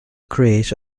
create